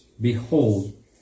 behold